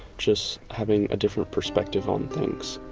just having a different perspective on things.